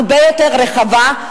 הרבה יותר רחבה,